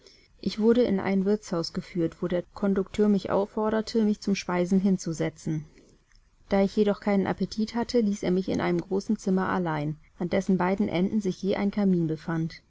ich wurde in ein wirtshaus geführt wo der kondukteur mich aufforderte mich zum speisen hinzusetzen da ich jedoch keinen appetit hatte ließ er mich in einem großen zimmer allein an dessen beiden enden sich je ein kamin befand